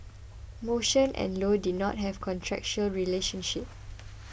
motion and low did not have a contractual relationship